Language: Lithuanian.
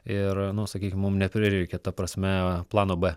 ir nu sakykim mum neprireikė ta prasme plano b